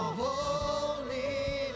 holy